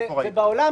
בעולם,